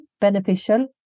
beneficial